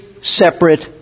separate